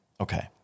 Okay